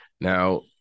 now